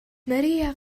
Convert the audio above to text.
мария